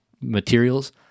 materials